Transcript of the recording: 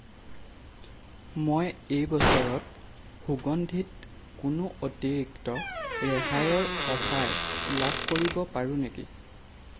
মই এই বছৰত সুগন্ধিত কোনো অতিৰিক্ত ৰেহাইৰ অফাৰ লাভ কৰিব পাৰোঁ নেকি